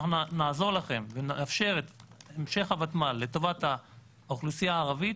אנחנו נעזור לכם ונאפשר את המשך הוותמ"ל לטובת האוכלוסייה הערבית,